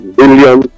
billion